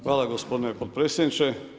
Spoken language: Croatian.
Hvala gospodine potpredsjedniče.